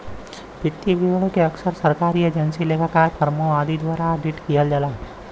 वित्तीय विवरण के अक्सर सरकारी एजेंसी, लेखाकार, फर्मों आदि द्वारा ऑडिट किहल जाला